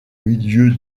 milieu